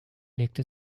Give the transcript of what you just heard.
legte